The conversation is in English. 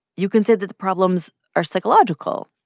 you can say that the problems are psychological,